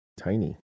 tiny